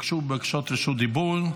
הוגשו בקשות רשות דיבור.